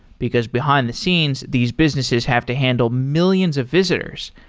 because behind-the-scenes, these businesses have to handle millions of visitors.